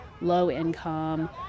low-income